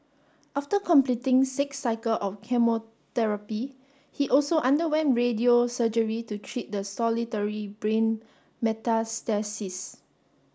after completing six cycle of chemotherapy he also underwent radio surgery to treat the solitary brain metastasis